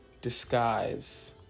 disguise